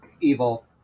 Evil